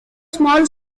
small